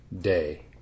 day